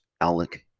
Alec